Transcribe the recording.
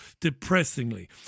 Depressingly